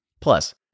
Plus